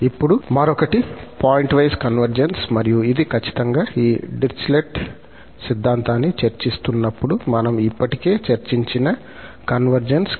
ఇప్పుడు మరొకటి pointwise convergence మరియు ఇది ఖచ్చితంగా ఈ డిరిచ్లెట్ సిద్ధాంతాన్ని చర్చిస్తున్నప్పుడు మనం ఇప్పటికే చర్చించిన కన్వర్జెన్స్